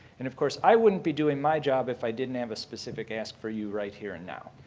and of course, i wouldn't be doing my job if i didn't have a specific ask for you right here and now.